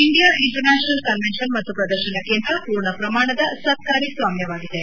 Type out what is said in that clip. India international convention ಮತ್ತು ಪ್ರದರ್ಶನ ಕೇಂದ್ರ ಪೂರ್ಣ ಪ್ರಮಾಣದ ಸರ್ಕಾರಿ ಸ್ವಾಮ್ಯವಾಗಿದೆ